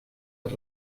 els